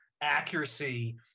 accuracy